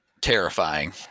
terrifying